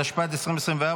התשפ"ד 2024,